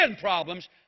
problems